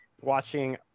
watching